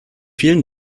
vielen